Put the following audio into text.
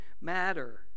matter